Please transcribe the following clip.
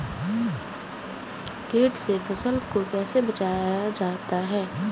कीट से फसल को कैसे बचाया जाता हैं?